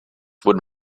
would